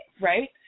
right